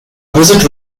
visit